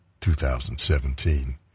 2017